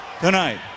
Tonight